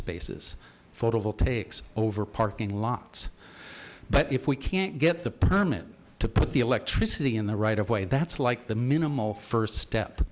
spaces photovoltaics over parking lots but if we can't get the permit to put the electricity in the right of way that's like the minimal first step